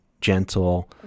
gentle